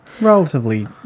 relatively